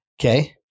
Okay